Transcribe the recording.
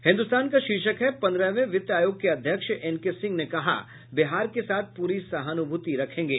हिन्दुस्तान का शीर्षक है पन्द्रहवें वित्त आयोग के अध्यक्ष एनके सिंह ने कहा बिहार के साथ पूरी सहानुभूति रखेंगे